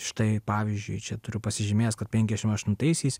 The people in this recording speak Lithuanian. štai pavyzdžiui čia turiu pasižymėjęs kad penkiasdešimt aštuntaisiais